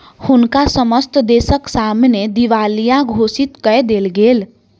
हुनका समस्त देसक सामने दिवालिया घोषित कय देल गेल